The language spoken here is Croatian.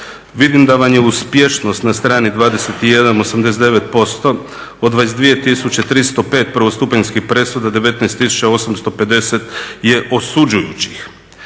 Vidim da vam je uspješnost na strani 21 89% od 22305 prvostupanjskih presuda 19850 je osuđujućih.